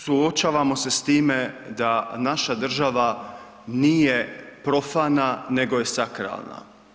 Suočavamo se s time da naša država nije profana nego je sakralna.